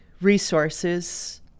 resources